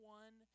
one